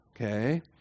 Okay